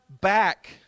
back